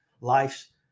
life's